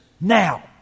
now